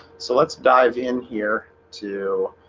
so let's dive in here to